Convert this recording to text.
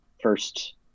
first